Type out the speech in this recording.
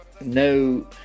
no